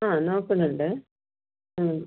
ആ നോക്കുന്നുണ്ട് ആ